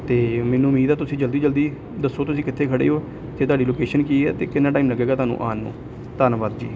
ਅਤੇ ਮੈਨੂੰ ਉਮੀਦ ਹੈ ਤੁਸੀਂ ਜਲਦੀ ਤੋਂ ਜਲਦੀ ਦੱਸੋ ਤੁਸੀਂ ਕਿੱਥੇ ਖੜ੍ਹੇ ਹੋ ਅਤੇ ਤੁਹਾਡੀ ਲੋਕੇਸ਼ਨ ਕੀ ਹੈ ਅਤੇ ਕਿੰਨਾ ਟਾਈਮ ਲੱਗੇਗਾ ਤੁਹਾਨੂੰ ਆਉਣ ਨੂੰ ਧੰਨਵਾਦ ਜੀ